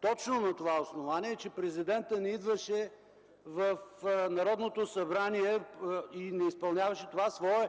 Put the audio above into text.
точно на това основание, че президентът не идваше в Народното събрание и не изпълняваше това свое